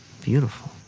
beautiful